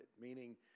meaning